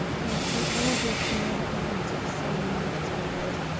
and through all this never a hint of simon mac-taggart!